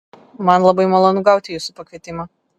man labai malonu gauti jūsų pakvietimą